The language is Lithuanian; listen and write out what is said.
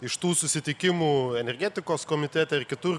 iš tų susitikimų energetikos komitete ir kitur